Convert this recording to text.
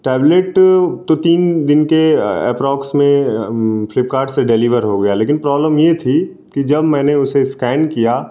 tablet तो तीन दिन के अप्प्रोक्स में फिल्पकार्ट से डिलिवर हो गया लेकिन प्रॉब्लम ये थी कि जब मैंने उसे स्कैन किया